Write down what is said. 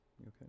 Okay